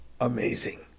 amazing